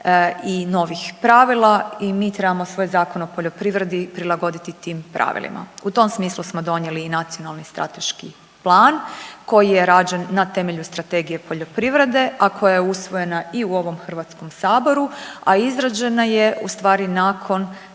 i novih pravila i mi trebamo svoj Zakon o poljoprivredni prilagoditi tim pravilima. U tom smislu smo donijeli i nacionalni strateški plan koji je rađen na temelju Strategije poljoprivrede, a koja je usvojena i u ovom Hrvatskom saboru, a izrađena je u stvari nakon